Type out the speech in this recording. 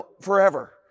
forever